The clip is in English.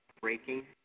breaking